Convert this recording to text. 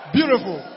Beautiful